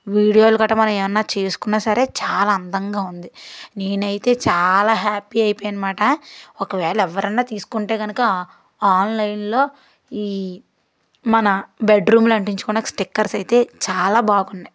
వీడియోలు కట్ట మనం ఏమనా చేసుకున్న సరే చాలా అందంగా ఉంది నేనైతే చాలా హ్యాపీ అయిపోయాను మాట ఒకవేళ ఎవరనా తీసుకుంటే కనుక ఆన్లైన్లో ఈ మన బెడ్ రూమ్లో అంటించుకున స్టిక్కర్స్ అయితే చాలా బాగున్నాయి